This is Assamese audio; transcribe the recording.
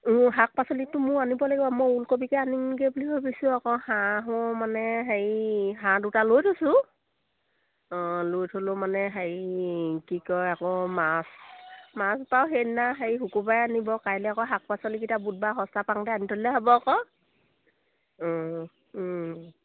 শাক পাচলিটো মোৰ আনিব লাগিব মই ওলকবিকে আনিমগৈ বুলি ভাবিছো আকৌ হাঁহো মানে হেৰি হাঁহ দুটা লৈ থৈছোঁ অঁ লৈ থ'লেও মানে হেৰি কি কয় আকৌ মাছ মাছ বাৰু সেইদিনা হেৰি শুকুৰবাৰে আনিব কাইলৈ আকৌ শাক পাচলিকেইটা বুধবাৰ সস্তা পাওঁতে আনি থলে হ'ব আকৌ